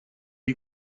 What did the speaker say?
est